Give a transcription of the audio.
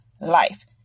life